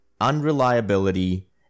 unreliability